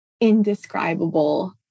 indescribable